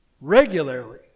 regularly